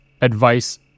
advice